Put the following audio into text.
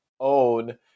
own